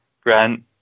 Grant